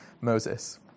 Moses